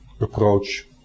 approach